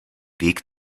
weg